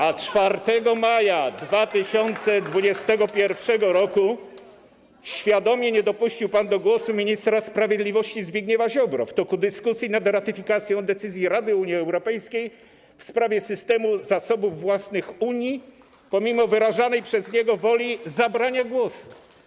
A 4 maja 2021 r. świadomie nie dopuścił pan do głosu ministra sprawiedliwości Zbigniewa Ziobry w toku dyskusji nad ratyfikacją decyzji Rady Unii Europejskiej w sprawie systemu zasobów własnych Unii, pomimo wyrażanej przez niego woli zabrania głosu.